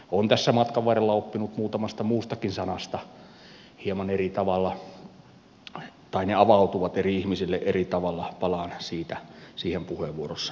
olen tässä matkan varrella oppinut muutamasta muustakin sanasta hieman eri tavalla tai ne avautuvat eri ihmisille eri tavalla palaan siihen puheenvuorossani myöhemmin